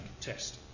test